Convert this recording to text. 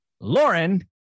Lauren